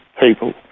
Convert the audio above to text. people